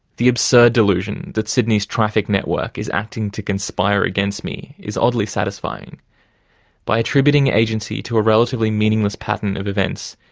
the absurd delusion that sydney's traffic network is acting to conspire against me is oddly satisfying by attributing agency to a relatively meaningless pattern of events,